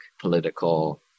political